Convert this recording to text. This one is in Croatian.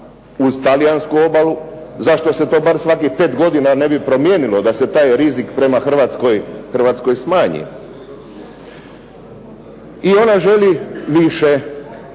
uz Talijansku obalu. Zašto se to bar svakih 5 godina ne bi promijenilo da se taj rizik prema Hrvatskoj smanji? I ona želi više